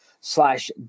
slash